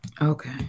Okay